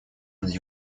над